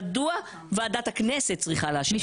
מדוע ועדת הכנסת צריכה לאשר את זה?